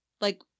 Like-